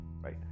right